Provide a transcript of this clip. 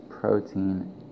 protein